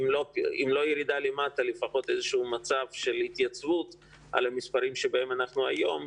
אם לא בירידה לפחות במצב של התייצבות על המספרים שבהם אנחנו היום,